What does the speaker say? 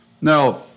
Now